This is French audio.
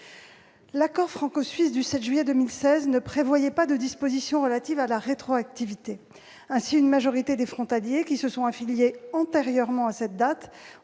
L'accord franco-suisse du 7 juillet 2016 ne prévoyait pas de dispositions relatives à la rétroactivité. Ainsi, une majorité des frontaliers qui se sont affiliés antérieurement à cette date